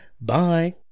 bye